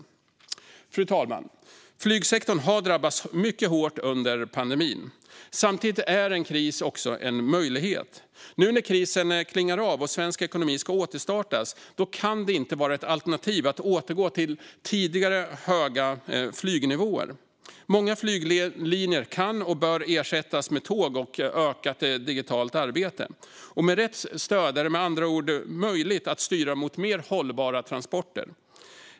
Fru talman! Flygsektorn har drabbats mycket hårt under pandemin. Samtidigt är en kris också en möjlighet. Nu när krisen klingar av och svensk ekonomi ska återstartas kan det inte vara ett alternativ att återgå till tidigare, höga flygnivåer. Många flyglinjer kan och bör ersättas med tåg och ökat digitalt arbete. Med rätt stöd är det med andra ord möjligt att styra mot mer hållbara transporter.